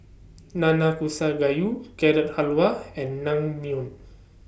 Nanakusa Gayu Carrot Halwa and Naengmyeon